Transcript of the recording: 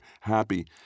happy